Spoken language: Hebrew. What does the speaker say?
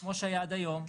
כמו שהיה עד היום.